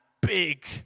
big